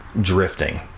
drifting